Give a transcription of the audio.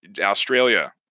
Australia